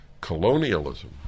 colonialism